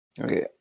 Okay